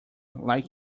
like